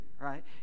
right